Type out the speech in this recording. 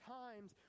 times